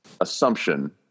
assumption